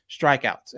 strikeouts